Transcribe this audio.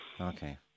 Okay